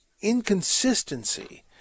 inconsistency